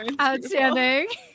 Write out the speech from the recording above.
Outstanding